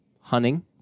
hunting